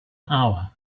hour